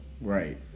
right